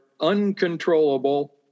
uncontrollable